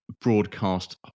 broadcast